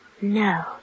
No